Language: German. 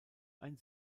ein